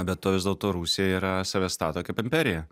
be to vis dėlto rusija yra save stato kaip imperiją